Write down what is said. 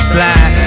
Slide